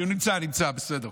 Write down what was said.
נמצא, נמצא, בסדר.